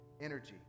energy